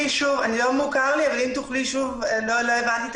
לא הבנתי את